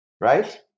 Right